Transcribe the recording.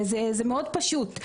צריך להבין את זה.